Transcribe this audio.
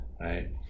Right